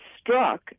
struck